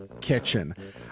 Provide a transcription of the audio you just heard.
kitchen